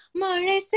more